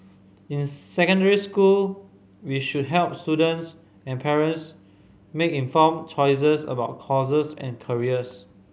in secondary school we should help students and parents make informed choices about courses and careers